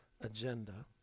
agenda